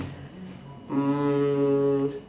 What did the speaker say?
um